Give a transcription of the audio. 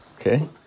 okay